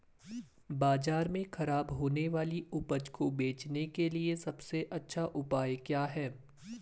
बाजार में खराब होने वाली उपज को बेचने के लिए सबसे अच्छा उपाय क्या हैं?